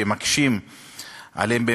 שמקשים עליהם,